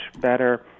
better